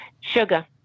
Sugar